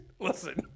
Listen